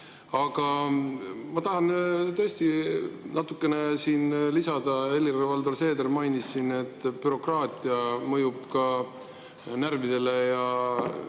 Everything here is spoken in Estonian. Aga ma tahan tõesti natukene siia lisada. Helir-Valdor Seeder mainis siin, et bürokraatia mõjub ka närvidele, ja